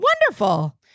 Wonderful